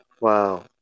Wow